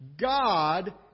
God